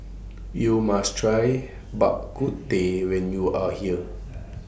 YOU must Try Bak Kut Teh when YOU Are here